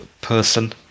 person